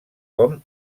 com